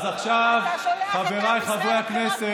אתה שולח את עם ישראל לבחירות מיותרות.